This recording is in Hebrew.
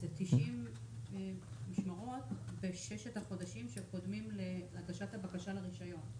זה 90 משמרות בששת החודשים שקודמים להגשת הבקשה לרישיון.